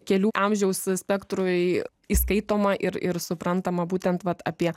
kelių amžiaus spektrui įskaitomą ir ir suprantamą būtent vat apie